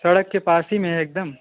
सड़क के पास ही में है एक दम